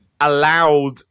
Allowed